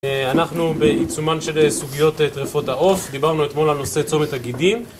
אנחנו בעיצומן של סוגיות טרפות העוף, דיברנו אתמול על נושא צומת הגידים